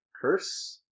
Curse